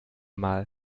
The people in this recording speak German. mal